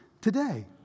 today